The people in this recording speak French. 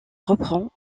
reprend